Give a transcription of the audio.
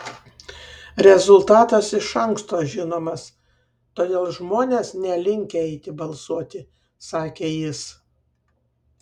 rezultatas iš anksto žinomas todėl žmonės nelinkę eiti balsuoti sakė jis